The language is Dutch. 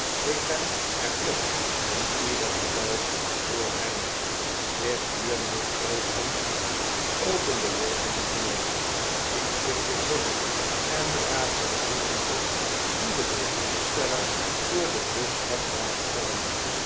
ik ben er toch in ieder geval voor hem zich hiermee troostend opende lowten de deur liet pickwick binnen en raapte de brieven op die de brievenbesteller door de bus had laten vallen